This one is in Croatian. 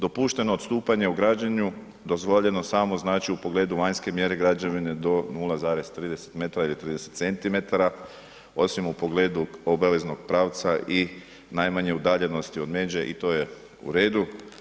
Dopušteno odstupanje u građenju dozvoljeno samo, znači u pogledu vanjske mjere građevine do 0,30 m ili 30 cm, osim u pogledu obaveznog pravca i najmanje udaljenosti od međe i to je u redu.